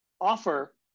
offer